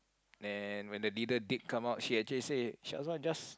and when the leader did come out she actually said Shazwan just